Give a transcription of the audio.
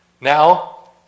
Now